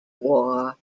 war